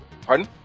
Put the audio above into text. pardon